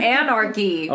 anarchy